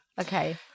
Okay